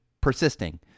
persisting